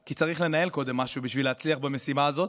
כי צריך לנהל קודם משהו כדי להצליח במשימה הזאת.